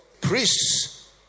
Priests